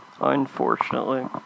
Unfortunately